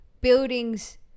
buildings